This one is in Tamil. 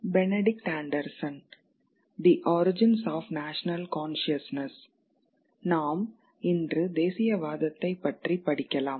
"Benedict Anderson "the origins of national consciousness " நாம் இன்று தேசியவாதத்தை பற்றி படிக்கலாம்